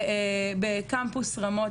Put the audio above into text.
בקמפוס רמות.